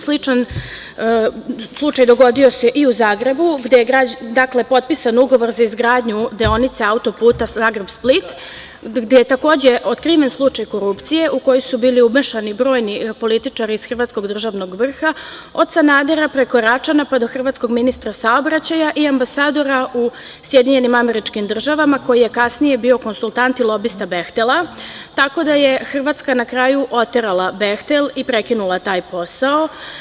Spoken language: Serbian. Sličan slučaj dogodio se i u Zagrebu gde je potpisan ugovor za izgradnju deonice auto-puta Zagreb – Split, gde je otkriven slučaj korupcije u koju su bili umešani brojni političari iz hrvatskog državnog vrha, od Sanadera, preko Račana, pa do hrvatskog ministra saobraćaja i ambasadora u SAD koji kasnije bio konsultant i lobista „Behtel“, tako da je Hrvatska na kraju oterala „Behtel“ i prekinula taj posao.